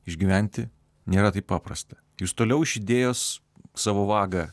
išgyventi nėra taip paprasta jūs toliau iš idėjos savo vagą